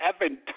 Evan